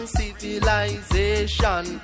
civilization